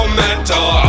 mental